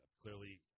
clearly